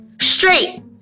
Straight